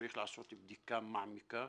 צריך לעשות בדיקה מעמיקה